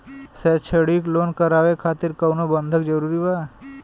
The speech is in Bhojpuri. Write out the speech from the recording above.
शैक्षणिक लोन करावे खातिर कउनो बंधक जरूरी बा?